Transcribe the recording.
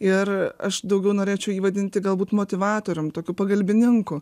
ir aš daugiau norėčiau jį vadinti galbūt motyvatorium tokiu pagalbininku